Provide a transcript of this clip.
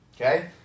okay